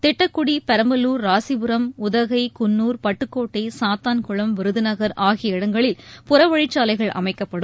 திட்டக்குடி பெரம்பலூர் ராசிபுரம் உதகை குன்னூர் பட்டுக்கோட்டை சாத்தான்குளம் விருதுநகர் ஆகிய இடங்களில் புறவழிச்சாலைகள் அமைக்கப்படும்